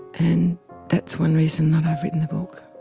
and that's one reason that i've written the book.